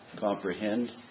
comprehend